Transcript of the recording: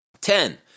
Ten